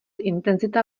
intenzita